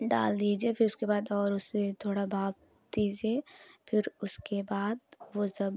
डाल दीजिए फिर उसके बाद और उसे थोड़ा भाप दीजिए फिर उसके बाद वो ज़ब